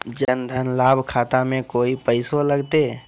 जन धन लाभ खाता में कोइ पैसों लगते?